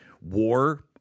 War